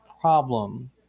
problem